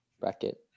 bracket